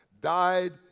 died